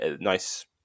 Nice